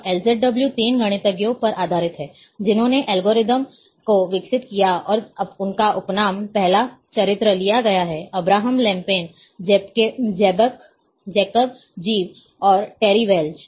अब LZW तीन गणितज्ञों पर आधारित है जिन्होंने एल्गोरिथ्म को विकसित किया और उनका उपनाम पहला चरित्र लिया गया है अब्राहम लेम्पेल जैकब ज़िव और टेरी वेल्च